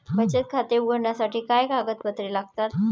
बचत खाते उघडण्यासाठी काय कागदपत्रे लागतात?